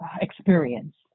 experience